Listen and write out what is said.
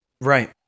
Right